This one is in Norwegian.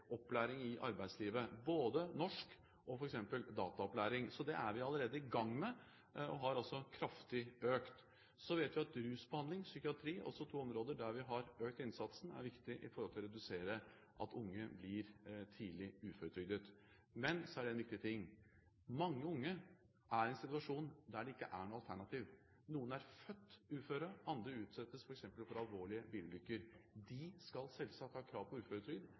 opplæring i arbeidslivet, f.eks. i norsk og i data. Så det er vi allerede i gang med og har altså økt det kraftig. Så vet vi at rusbehandling og psykiatri, også to områder der vi har økt innsatsen, er viktig for å redusere det at unge blir tidlig uføretrygdet. Men så er det en viktig ting: Mange unge er i en situasjon der det ikke er noe alternativ. Noen er født uføre, andre utsettes f.eks. for alvorlige bilulykker. De skal selvsagt ha krav på uføretrygd.